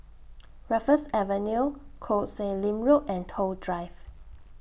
Raffles Avenue Koh Sek Lim Road and Toh Drive